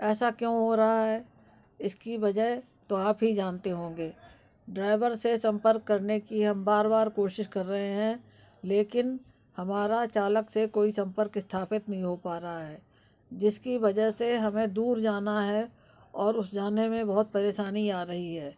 ऐसा क्यों हो रहा है इसकी वजह तो आप ही जानते होंगे ड्राइवर से संपर्क करने की हम बार बार कोशिश कर रहे हैं लेकिन हमारा चालक से कोई संपर्क इस्थापित नहीं हो पा रहा है जिसकी वजह से हमें दूर जाना है और उस जाने में बहुत परेशानी आ रही है